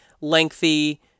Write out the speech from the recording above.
lengthy